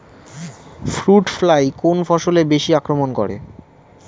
Fruit fly কোন ফসলে বেশি আক্রমন করে?